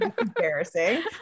embarrassing